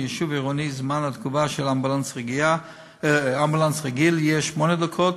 ביישוב עירוני זמן התגובה של אמבולנס רגיל יהיה שמונה דקות,